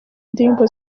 indirimbo